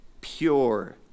pure